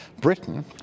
Britain